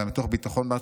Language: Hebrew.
אלא מתוך ביטחון בעצמיות,